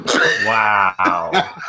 Wow